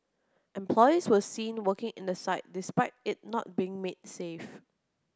employees were seen working in the site despite it not being made safe